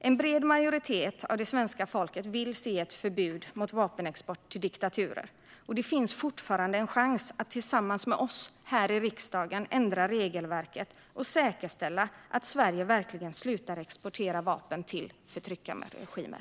En bred majoritet av det svenska folket vill se ett förbud mot vapenexport till diktaturer. Det finns fortfarande en chans att tillsammans med oss, här i riksdagen, ändra regelverket och säkerställa att Sverige slutar att exportera vapen till förtryckarregimer.